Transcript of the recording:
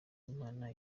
imana